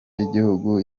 y’igihugu